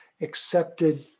accepted